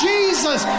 Jesus